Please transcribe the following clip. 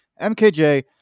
mkj